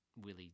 Willie